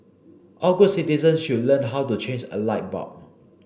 all good citizens should learn how to change a light bulb